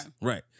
right